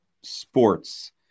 sports